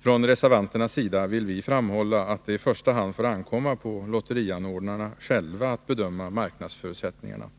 Från reservanternas sida vill vi framhålla att det i första hand får ankomma på lotterianordnarna att bedöma marknadsförutsättningarna.